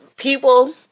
People